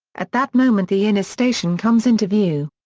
at that moment the inner station comes into view.